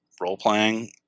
role-playing